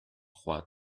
trois